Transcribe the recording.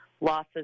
losses